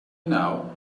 now